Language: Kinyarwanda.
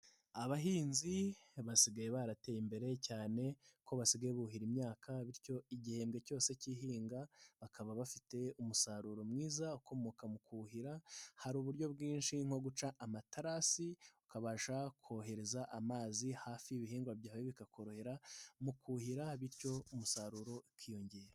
Abahinzi basigaye barateye imbere cyane ko basigaye buhira imyaka bityo igihembwe cyose k'ihinga bakaba bafite umusaruro mwiza ukomoka mu kuhira, hari uburyo bwinshi nko guca amaterasi ukabasha kohereza amazi hafi y'ibihingwa byawe bikakorohera mu kuhira bityo umusaruro ukiyongera.